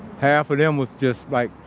half of them was just, like,